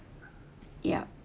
yup